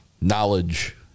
knowledge